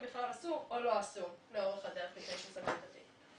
בכלל עשו או לא עשו לאורך הדרך לפני שסגרו את התיק.